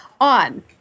on